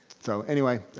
so anyway,